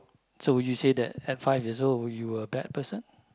so would you say that at five years old you were a bad person